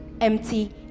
empty